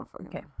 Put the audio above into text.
Okay